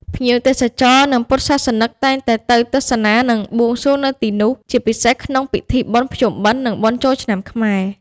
ភ្ញៀវទេសចរនិងពុទ្ធសាសនិកតែងតែទៅទស្សនានិងបួងសួងនៅទីនោះ ជាពិសេសក្នុងពិធីបុណ្យភ្ជុំបិណ្ឌនិងបុណ្យចូលឆ្នាំខ្មែរ។